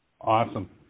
Awesome